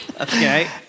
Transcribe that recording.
Okay